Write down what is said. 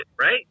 right